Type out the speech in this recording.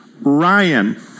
Ryan